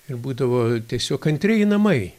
ir būdavo tiesiog antrieji namai